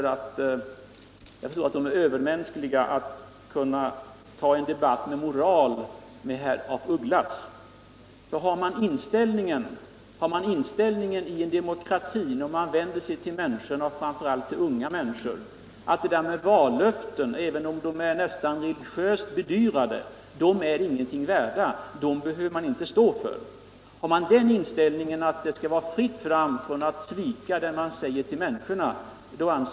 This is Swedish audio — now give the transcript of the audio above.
Jag tror det vore en övermänsklig upppift att här föra en debatt om moral med herr af Upglas. Har man den inställningen, när man vänder sig till människorna, och framför allt ull de unga människorna, att det där med vallöften är ingenting värt, man behöver inte stå för löftena utan det är fritt fram att svika vad man säger ull människorna.